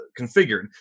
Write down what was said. configured